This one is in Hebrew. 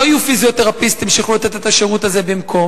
לא יהיו פיזיותרפיסטים שיכולים לתת את השירות הזה במקום.